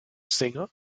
singer